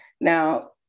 Now